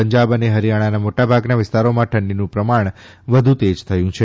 પંજાબ અને હરિયાણાના મોટા ભાગના વિસ્તારોમાં ઠંડીનું પ્રમાણ વધુ તેજ થયું છે